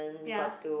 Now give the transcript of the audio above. ya